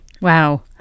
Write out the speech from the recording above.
Wow